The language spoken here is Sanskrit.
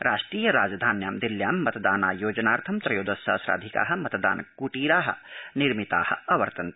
राष्ट्रिय राजधान्यां दिल्ल्यां मतदानायोजनार्थं त्रयोदश सहस्राधिका मतदान कृटीरा निर्मिता अवर्तन्त